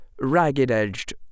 ragged-edged